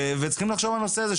וצריכים לחשוב על הנושא הזה,